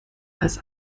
als